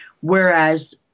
Whereas